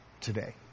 today